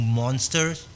monsters